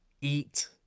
eat